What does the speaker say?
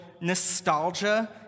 nostalgia